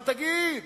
אז תגיד: